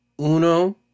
Uno